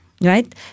right